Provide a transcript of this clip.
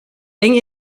eng